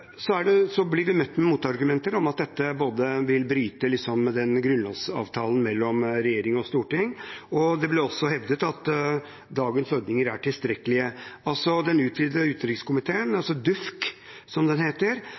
Så blir vi møtt med motargumentet om at dette vil bryte med grunnlovsavtalen mellom regjering og storting. Det blir også hevdet at dagens ordninger er tilstrekkelige. Den utvidete utenriks- og forsvarskomité – DUUFK, som den heter